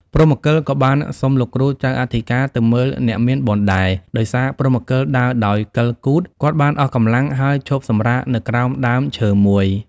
ព្រហ្មកិលក៏បានសុំលោកគ្រូចៅអធិការទៅមើលអ្នកមានបុណ្យដែរ ដោយសារព្រហ្មកិលដើរដោយកិលគូថ គាត់បានអស់កម្លាំងហើយឈប់សម្រាកនៅក្រោមដើមឈើមួយ ។